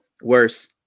worse